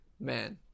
Man